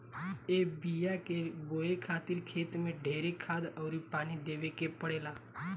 ए बिया के बोए खातिर खेत मे ढेरे खाद अउर पानी देवे के पड़ेला